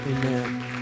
Amen